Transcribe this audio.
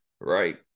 right